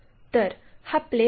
तर हा प्लेन आहे